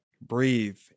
breathe